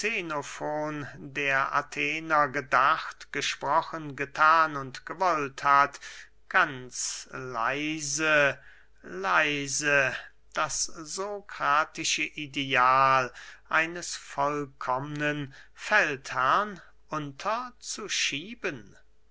xenofon der athener gedacht gesprochen gethan und gewollt hat ganz leise leise das sokratische ideal eines vollkommnen feldherren unter zu schieben